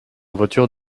voiture